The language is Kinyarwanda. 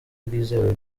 bwizewe